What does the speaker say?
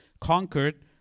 conquered